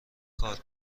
کارت